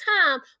time